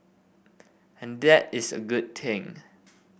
and that is a good thing